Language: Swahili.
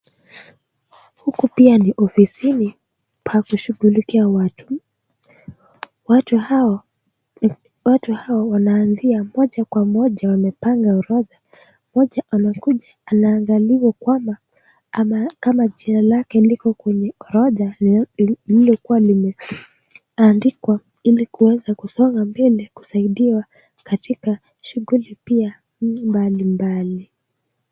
Huku pia ni ofisini pakushughulikia watu. Watu hao wana anzia moja kwa moja wamepanga orotha. Moja anakuja anangaliwa kwamba kama jina lake liko kwenye orotha lililo kuwa limeandikwa Ili kuweza kusonga mbele kusaidiwa katika shughuli pia mbali mbali.